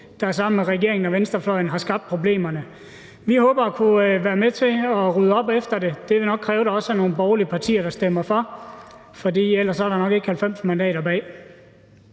der sammen med regeringen og venstrefløjen har skabt problemerne. Vi håber at kunne være med til at rydde op efter det. Det vil nok kræve, at der også er nogle borgerlige partier, der stemmer for, for ellers er der nok ikke 90 mandater bag.